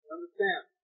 understand